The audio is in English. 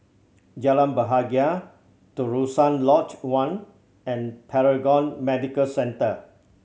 Jalan Bahagia Terusan Lodge One and Paragon Medical Centre